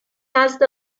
نزد